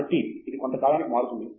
కాబట్టి ఇది కొంత కాలానికి మారుతుంది